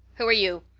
who are you?